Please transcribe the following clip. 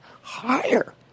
higher